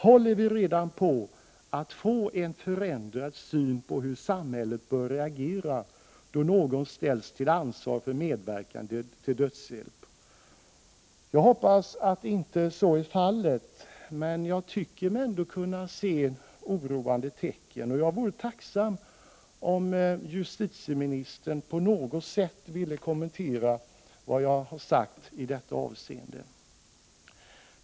Håller vi på att få en förändrad syn på hur samhället bör reagera då någon ställs till ansvar för medverkan till dödshjälp? Jag hoppas att det inte är så, men jag tycker mig kunna se oroande tecken härpå. Jag vore tacksam om justitieministern på något sätt ville kommentera vad jag har sagt i detta avseende.